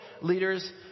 leaders